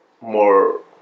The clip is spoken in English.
more